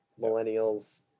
millennials